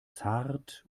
zart